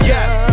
Yes